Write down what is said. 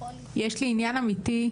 יש לי עניין אמיתי,